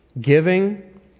giving